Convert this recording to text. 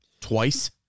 Twice